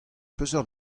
peseurt